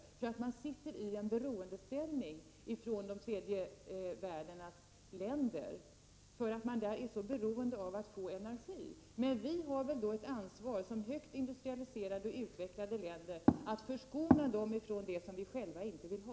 Tredje världens länder sitter i beroendeställning därför att de behöver energi. Men vi har väl då ett ansvar som högt industrialiserade och utvecklade länder att förskona dem ifrån det som vi själva inte vill ha?